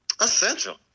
Essential